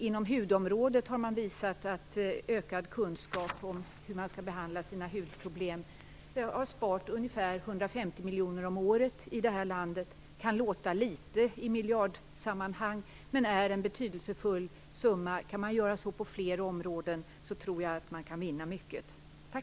Inom hudområdet har det visat sig att ökad kunskap om hur man skall behandla sina hudproblem har sparat ungefär 150 miljoner om året i det här landet. Det kan låta litet i miljardsammanhang, men det är en betydelsfull summa. Kan man göra så på flera områden tror jag att vi kan vinna mycket. Tack!